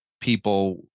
people